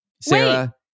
Sarah